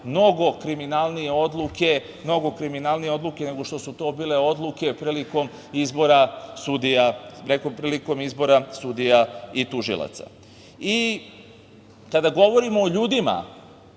mnogo kriminalnije odluke, nego što su to bile odluke prilikom izbora sudija i tužilaca. Kada govorimo o ljudima